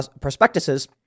prospectuses